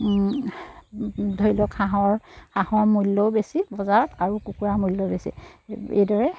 ধৰি লওক হাঁহৰ হাঁহৰ মূল্যও বেছি বজাৰত আৰু কুকুৰাৰ মূল্যও বেছি এইদৰে